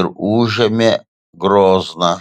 ir užėmė grozną